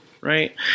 Right